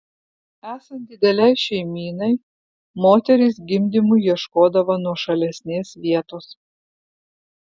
esant didelei šeimynai moterys gimdymui ieškodavo nuošalesnės vietos